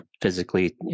physically